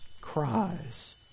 cries